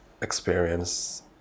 experience